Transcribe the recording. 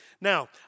Now